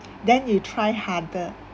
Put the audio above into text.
then you try harder